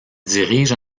dirige